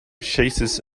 chases